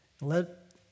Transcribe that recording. Let